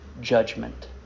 Judgment